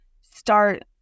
start